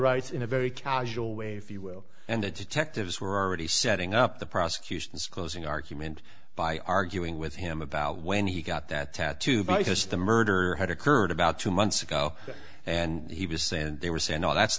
rights in a very casual way if you will and the detectives were already setting up the prosecution's closing argument by arguing with him about when he got that tattoo because the murder had occurred about two months ago and he was saying they were saying no that's